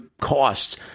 costs